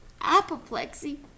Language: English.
apoplexy